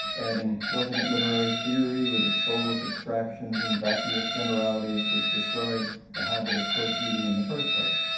adding, wasn't literary theory, with its soulless abstractions and vacuous generalities which destroyed the habit of close reading in the first place?